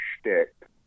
shtick